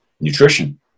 nutrition